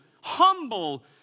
humble